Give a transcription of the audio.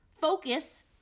focus